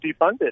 defunded